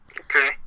Okay